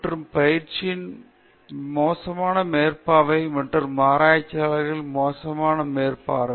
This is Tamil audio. பின்னர் மாணவர்கள் மற்றும் பயிற்சியின் மோசமான மேற்பார்வை மற்றும் ஆராய்ச்சியாளர்களின் மோசமான மேற்பார்வை